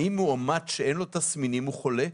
האם מאומת שאין לו תסמינים הוא חולה?